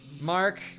Mark